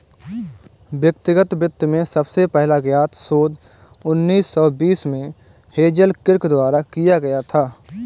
व्यक्तिगत वित्त में सबसे पहला ज्ञात शोध उन्नीस सौ बीस में हेज़ल किर्क द्वारा किया गया था